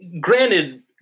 granted